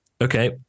Okay